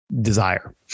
desire